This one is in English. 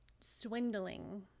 swindling